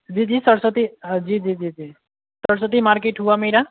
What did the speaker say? जी जी सरस्वती हाँ जी जी सरस्वती मार्केट हुआ मेरा